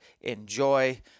Enjoy